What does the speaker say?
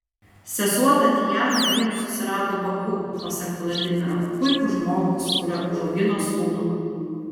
sesuo tatjana vyrą susirado baku pasak vladimiro puikų žmogų su kuriuo užaugino sūnų